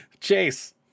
Chase